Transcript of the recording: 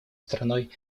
страной